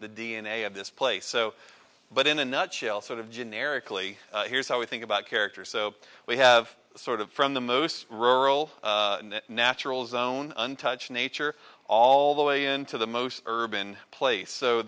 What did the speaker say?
the d n a of this place so but in a nutshell sort of generically here's how we think about character so we have sort of from the most rural natural zone untouched nature all the way into the most urban place so